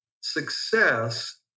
success